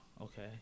okay